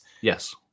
Yes